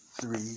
three